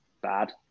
bad